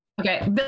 Okay